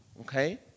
okay